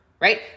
Right